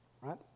right